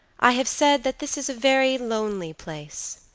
i have said that this is a very lonely place.